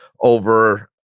over